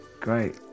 great